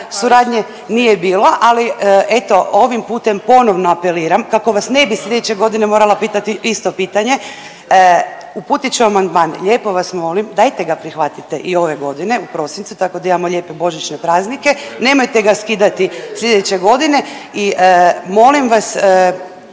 suradnje nije bilo. Ali eto ovim putem ponovno apeliram kako vas ne bi sljedeće godine morala pitati isto pitanje uputit ću amandman, lijepo vas molim dajte ga prihvatite i ove godine u prosincu tako da imamo lijepe božićne praznike, nemojte ga skidati sljedeće godine. I molim vas